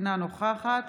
אינה נוכחת